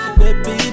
baby